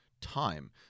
time